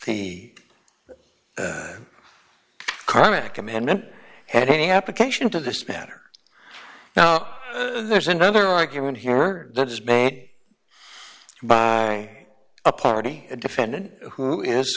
amendment had any application to this matter now there's another argument here that is made by a party a defendant who is